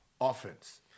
offense